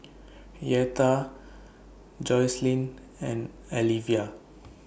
Yetta Jocelyn and Alivia